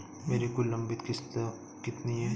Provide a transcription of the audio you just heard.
मेरी कुल लंबित किश्तों कितनी हैं?